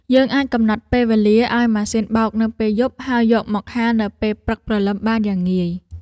យើងអាចកំណត់ពេលវេលាឱ្យម៉ាស៊ីនបោកនៅពេលយប់ ហើយយកមកហាលនៅពេលព្រឹកព្រលឹមបានយ៉ាងងាយ។